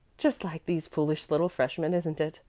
just like these foolish little freshmen isn't it?